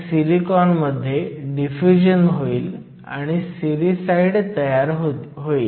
तुम्ही हे केल्विनमध्ये लिहू शकता म्हणजे 373 केल्विन व्होल्टेज समान आहे